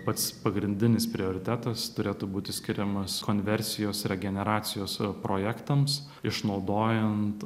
pats pagrindinis prioritetas turėtų būti skiriamas konversijos regeneracijos projektams išnaudojant